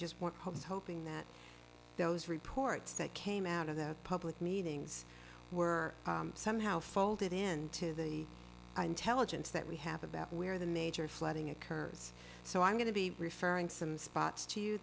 just want homes hoping that those reports that came out of that public meetings were somehow folded into the intelligence that we have about where the major flooding occurs so i'm going to be referring some spots to you